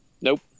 nope